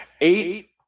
Eight